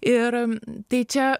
ir tai čia